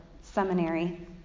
seminary